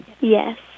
Yes